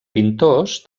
pintors